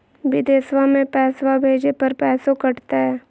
बिदेशवा मे पैसवा भेजे पर पैसों कट तय?